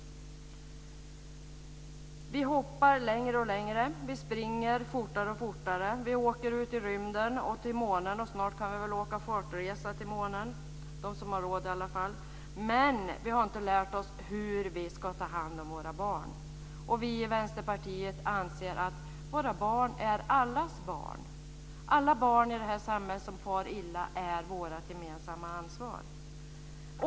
Vi hoppar längre och längre, vi springer fortare och fortare, vi åker ut i rymden och till månen. Snart kan vi väl åka charterresa till månen, i alla fall de som har råd. Men vi har inte lärt oss hur vi ska ta hand om våra barn. Vi i Vänsterpartiet anser att våra barn är allas barn. Alla barn i det här samhället som far illa är vårt gemensamma ansvar.